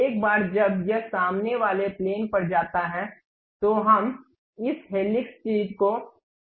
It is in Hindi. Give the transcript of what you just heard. एक बार जब यह सामने वाले प्लेन पर जाता है तो हम इस हेलिक्स चीज़ को देख सकते हैं